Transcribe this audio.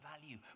value